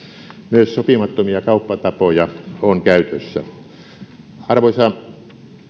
myös sopimattomia kauppatapoja on käytössä arvoisa